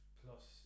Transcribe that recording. plus